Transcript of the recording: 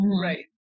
right